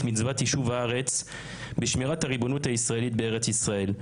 מצוות ישוב הארץ בשמירת הריבונות הישראלית בארץ ישראל.